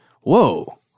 whoa